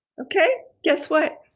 okay, guess what?